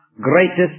greatest